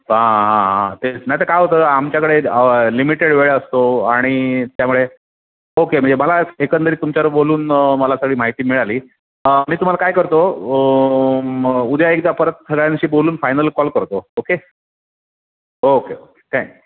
हां हां हां तेच नाही तर काय होतं आमच्याकडे लिमिटेड वेळ असतो आणि त्यामुळे ओके म्हणजे मला एकंदरीत तुमच्यावर बोलून मला सगळी माहिती मिळाली मी तुम्हाला काय करतो उद्या एकदा परत सगळ्यांशी बोलून फायनल कॉल करतो ओके ओके ओके थँक्यू